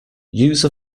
use